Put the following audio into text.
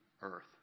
earth